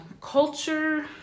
culture